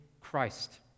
Christ